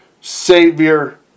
Savior